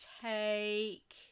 take